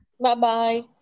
Bye-bye